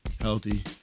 healthy